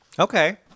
Okay